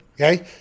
Okay